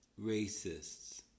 racists